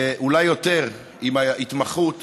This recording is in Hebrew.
אולי יותר, עם ההתמחות